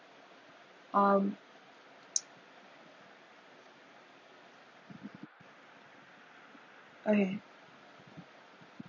um okay